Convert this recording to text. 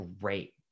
great